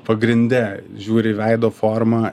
pagrinde žiūri į veido formą